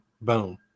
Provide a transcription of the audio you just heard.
Boom